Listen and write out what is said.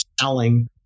selling